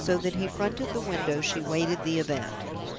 so that he fronted the window, she waited the event.